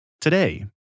Today